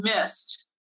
missed